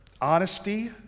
honesty